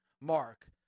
Mark